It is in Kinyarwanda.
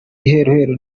iheruheru